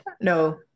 No